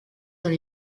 dans